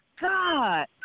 God